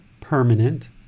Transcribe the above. permanent